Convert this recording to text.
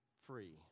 Free